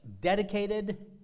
dedicated